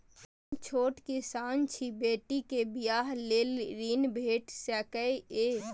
हम छोट किसान छी, बेटी के बियाह लेल ऋण भेट सकै ये?